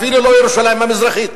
אפילו לא בירושלים המזרחית.